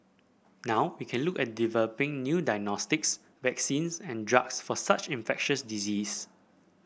now we can look at developing new diagnostics vaccines and drugs for such infectious diseases